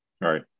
Right